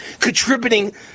contributing